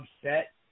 upset